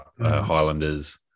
Highlanders